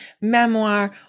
memoir